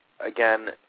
again